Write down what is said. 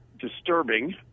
disturbing